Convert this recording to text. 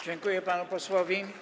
Dziękuję panu posłowi.